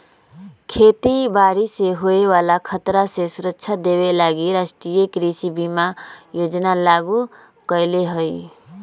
खेती बाड़ी से होय बला खतरा से सुरक्षा देबे लागी राष्ट्रीय कृषि बीमा योजना लागू कएले हइ